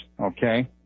Okay